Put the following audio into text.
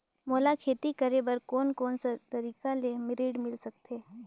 मोला खेती करे बर कोन कोन सा तरीका ले ऋण मिल सकथे?